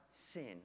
sin